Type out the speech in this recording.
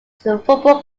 football